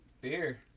Beer